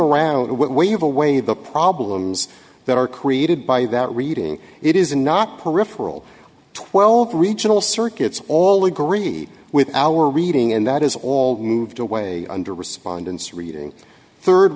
have a way the problems that are created by that reading it is not peripheral twelve regional circuits all agreed with our reading and that is all moved away under respondents reading third